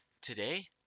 Today